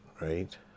right